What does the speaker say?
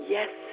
Yes